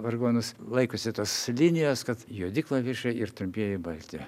vargonus laikosi tos linijos kad juodi klavišai ir trumpieji balti